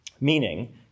Meaning